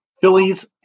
Phillies